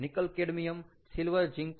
nickel cadmium silver zinc